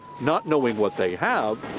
not knowing what they have,